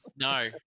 No